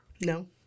No